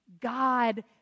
God